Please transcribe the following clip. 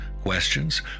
Questions